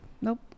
Nope